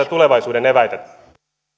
tulevaisuuden eväitä